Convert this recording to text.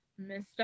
mr